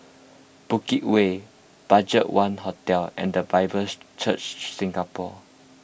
Bukit Way Budgetone Hotel and the Bible Church Singapore